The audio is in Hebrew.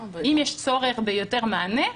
אם יש צורך ביותר מענה,